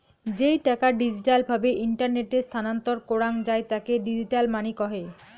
যেই টাকা ডিজিটাল ভাবে ইন্টারনেটে স্থানান্তর করাঙ যাই তাকে ডিজিটাল মানি কহে